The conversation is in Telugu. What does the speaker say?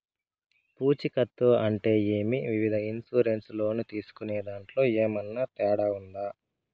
పూచికత్తు అంటే ఏమి? వివిధ ఇన్సూరెన్సు లోను తీసుకునేదాంట్లో ఏమన్నా తేడా ఉందా?